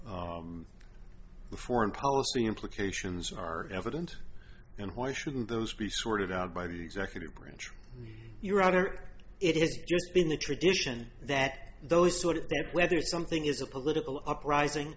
u the foreign policy implications are evident and why shouldn't those be sorted out by the executive branch or you're out or it is just been the tradition that those sort of whether something is a political uprising